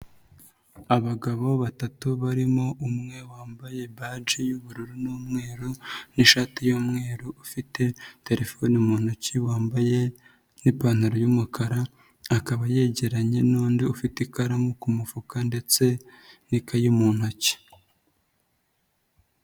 Abagabo batatu barimo umwe wambaye baji y'ubururu n'umweru n'ishati y'umweru, ufite terefone mu ntoki, wambaye nki'pantaro y'umukara, akaba yegeranye n'undi ufite ikaramu ku mufuka ndetse n'ikayi mu ntoki.